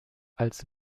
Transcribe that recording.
als